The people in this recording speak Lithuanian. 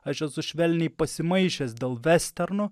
aš esu švelniai pasimaišęs dėl vesternų